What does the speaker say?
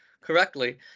correctly